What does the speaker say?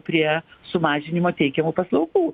prie sumažinimo teikiamų paslaugų